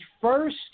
first